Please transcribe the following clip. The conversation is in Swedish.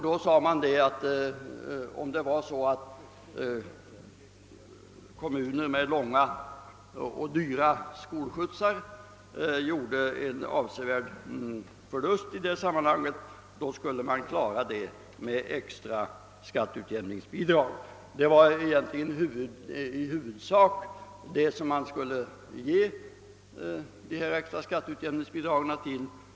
Då sade man att de kommuner som hade långa och dyra skolskjutsar och därmed gjorde avsevärda förluster skulle kunna få extra skatteutjämningsbidrag. Dessa bidrag skulle i huvudsak gälla sådana kostnader.